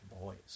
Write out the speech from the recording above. boys